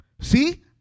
See